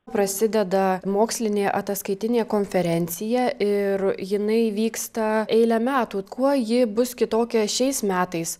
prasideda mokslinė ataskaitinė konferencija ir jinai vyksta eilę metų kuo ji bus kitokia šiais metais